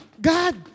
God